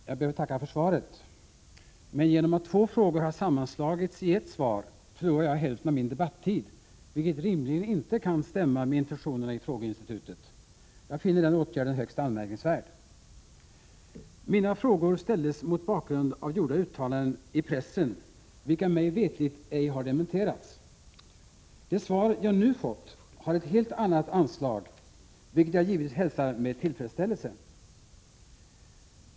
Herr talman! Jag ber att få tacka för svaret, men genom att två frågor har sammanslagits i ett svar förlorar jag hälften av min debattid, vilket rimligen inte kan stämma med intentionerna med frågeinstitutet. Jag finner denna åtgärd högst anmärkningsvärd. Mina frågor ställdes mot bakgrund av gjorda uttalanden i pressen, vilka mig veterligt inte har dementerats. Det svar jag nu fått har ett helt annat anslag, vilket jag givetvis hälsar med tillfredsställelse.